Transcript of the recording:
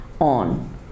on